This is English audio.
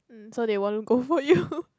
so they won't go for you